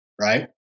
Right